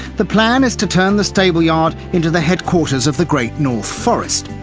the plan is to turn the stable-yard into the headquarters of the great north forest,